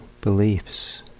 beliefs